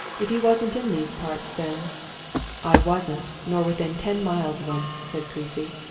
if you wasn't in these parts then i wasn't, nor within ten miles of em, said creasy.